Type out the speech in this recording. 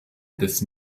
des